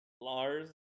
Lars